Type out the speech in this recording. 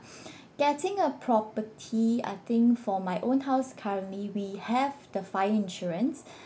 getting a property I think for my own house currently we have the fire insurance